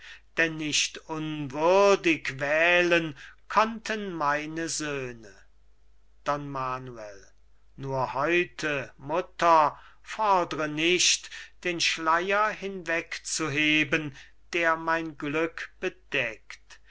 denn nicht unwürdig wählen konnten meine söhne don manuel nur heute mutter fordre nicht den schleier hinwegzuheben der mein glück